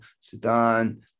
Sudan